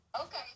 Okay